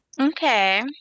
Okay